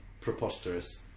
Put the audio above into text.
preposterous